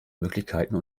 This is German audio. möglichkeiten